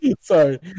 Sorry